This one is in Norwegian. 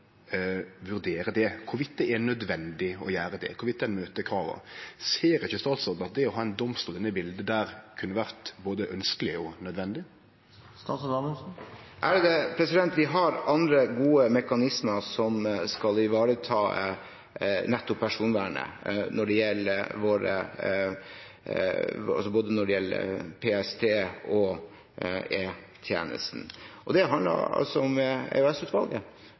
vurdere om det er nødvendig å gjere det, om det møter krava. Ser ikkje statsråden at det å ha ein domstol inne i bildet der kunne vore både ønskjeleg og nødvendig? Vi har andre gode mekanismer som skal ivareta nettopp personvernet når det gjelder både PST og E-tjenesten. Det handler om EOS-utvalget, som jeg oppfatter at Stortinget synes gjør et godt arbeid – det